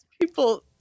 people